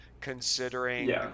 considering